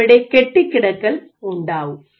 അപ്പോൾ അവിടെ കെട്ടികിടക്കൽ ഉണ്ടാവും